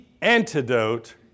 antidote